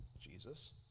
jesus